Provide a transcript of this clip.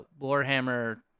Warhammer